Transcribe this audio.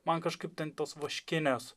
man kažkaip ten tos vaškinės